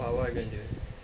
what are you going to do